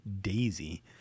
Daisy